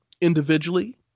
individually